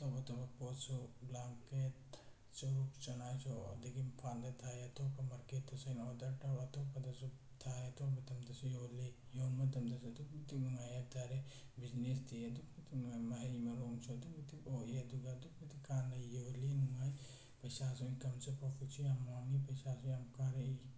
ꯑꯇꯣꯞ ꯑꯇꯣꯞꯄ ꯄꯣꯠꯁꯨ ꯕ꯭ꯂꯥꯡꯀꯦꯠ ꯆꯨꯔꯨꯞ ꯆꯅꯥꯏꯁꯨ ꯑꯗꯒꯤ ꯏꯝꯐꯥꯜꯗ ꯊꯥꯏ ꯑꯇꯣꯞꯄ ꯃꯥꯔꯀꯦꯠꯇꯁꯨ ꯑꯩꯅ ꯑꯣꯔꯗꯔ ꯇꯧꯔ ꯑꯇꯣꯞꯄꯗꯁꯨ ꯊꯥꯏ ꯑꯇꯣꯞꯄ ꯃꯇꯝꯗꯁꯨ ꯌꯣꯜꯂꯤ ꯌꯣꯟꯕ ꯃꯇꯝꯗꯁꯨ ꯑꯗꯨꯛꯀꯤ ꯃꯇꯤꯛ ꯅꯨꯡꯉꯥꯏ ꯍꯥꯏꯕꯇꯥꯔꯦ ꯕꯤꯖꯤꯅꯦꯁꯇꯤ ꯑꯗꯨꯛꯀꯤ ꯃꯇꯤꯛ ꯅꯨꯡꯉꯥꯏ ꯃꯍꯩ ꯃꯔꯣꯡꯁꯨ ꯑꯗꯨꯛꯀꯤ ꯃꯇꯤꯛ ꯑꯣꯏꯌꯦ ꯑꯗꯨꯒ ꯑꯗꯨꯛꯀꯤ ꯃꯇꯤꯛ ꯀꯥꯟꯅꯩ ꯌꯣꯜꯂꯤ ꯅꯨꯡꯉꯥꯏ ꯄꯩꯁꯥꯁꯨ ꯏꯟꯀꯝꯁꯨ ꯄ꯭ꯔꯣꯐꯤꯠꯁꯨ ꯌꯥꯝ ꯋꯥꯡꯉꯤ ꯄꯩꯁꯥꯁꯨ ꯌꯥꯝ ꯀꯥꯔꯛꯏ